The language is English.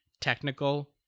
technical